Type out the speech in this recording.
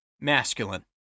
masculine